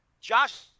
Josh